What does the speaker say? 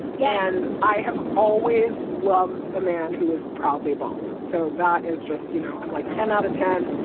yeah and i have always loved a man who is probably bald so that is just, you know, i'm like ten out of ten.